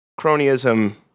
cronyism